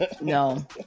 No